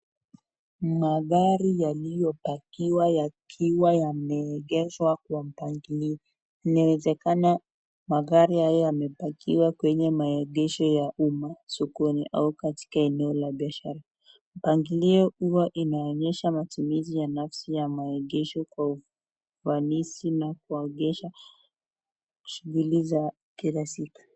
Magari yaliyopakiwa yakiwa yameegeshwa kwa mpangilio, inawezekana magari haya yamepakiwa kwenye maegesho ya umma sokoni ama katika eneo la biashara. Mpangilio huwa inaonyesha matumizi ya nafsi ya maegesho kwa ufanisi na kuwesheza shughuli za kila siku.